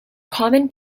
common